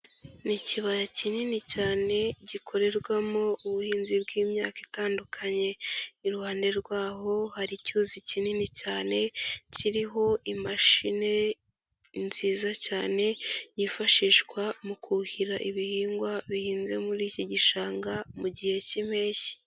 Ni ikibaya kinini cyane gikorerwamo ubuhinzi bw'imyaka itandukanye. Iruhande rwaho hari icyuzi kinini cyane kiriho imashini nziza cyane, yifashishwa mu kuhira ibihingwa bihinze muri iki gishanga mu gihe cy'impeshyi.